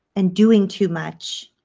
and doing too much